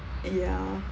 ya